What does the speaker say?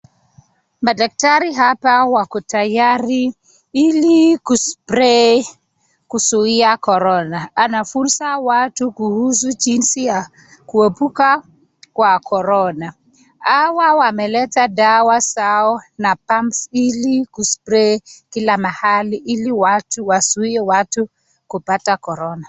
Madaktari hapawako tayari ili ku spray kuzuia Korona. Wanafunza watu kuhusu jinsi ya kuhepuka kwa Korona. Hawa wamemleta dawa zao na pumps ili ku spray kila ili watu wazuie wazuie watu kupata Korona.